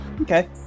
Okay